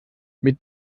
mit